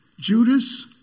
Judas